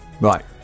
right